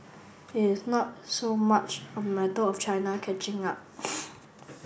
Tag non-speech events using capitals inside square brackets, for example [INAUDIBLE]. it's not so much a matter of China catching up [NOISE]